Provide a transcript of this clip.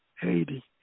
Haiti